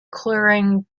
clearing